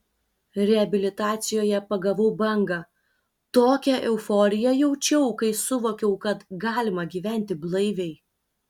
reabilitacijoje pagavau bangą tokią euforiją jaučiau kai suvokiau kad galima gyventi blaiviai